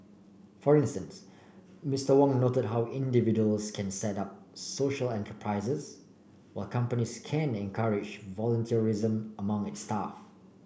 for instance Mister Wong noted how individuals can set up social enterprises while companies can encourage volunteerism among its staff